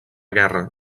guerra